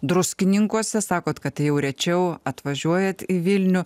druskininkuose sakot kad jau rečiau atvažiuojat į vilnių